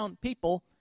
people